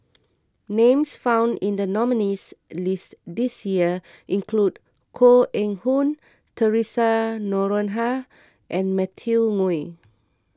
names found in the nominees' list this year include Koh Eng Hoon theresa Noronha and Matthew Ngui